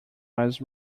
was